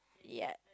ya